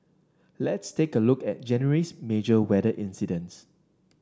let's take a look at January's major weather incidents